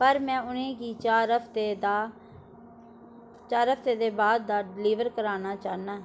पर में उ'नें गी चार हफ्ता दे बा'द डलीवर कराना चाह्न्नां